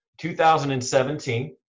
2017